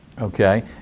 Okay